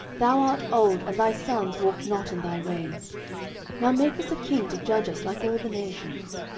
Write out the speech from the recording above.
thou art old, and thy sons walk not in thy ways now make us a king to judge us like all the nations.